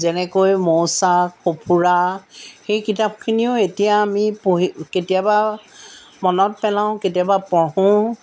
যেনেকৈ মৌচাক সঁফুৰা সেই কিতাপখিনিয়ো এতিয়া আমি পঢ়ি কেতিয়াবা মনত পেলাওঁ কেতিয়াবা পঢ়োঁ